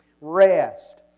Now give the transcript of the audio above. rest